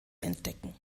entdecken